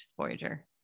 Voyager